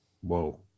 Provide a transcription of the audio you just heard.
Whoa